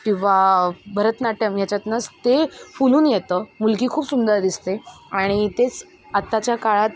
किंवा भरतनाट्यम याच्यातूनच ते फुलून येतं मुलगी खूप सुंदर दिसते आणि तेच आत्ताच्या काळात